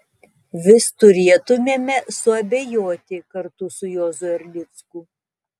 vis turėtumėme suabejoti kartu su juozu erlicku